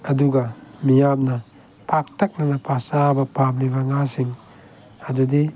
ꯑꯗꯨꯒ ꯃꯤꯌꯥꯝꯅ ꯄꯥꯛꯇꯛꯅꯅ ꯆꯥꯕ ꯄꯥꯝꯂꯤꯕ ꯉꯥꯁꯤꯡ ꯑꯗꯨꯗꯤ